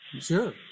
Sure